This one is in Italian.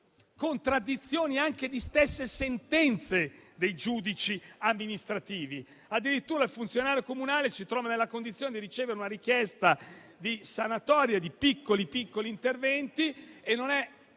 contraddizioni anche delle sentenze dei giudici amministrativi. Addirittura un funzionario comunale si trova nella condizione di ricevere una richiesta di sanatoria di piccoli interventi e di